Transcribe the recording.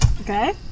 Okay